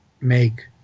make